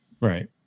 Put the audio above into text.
Right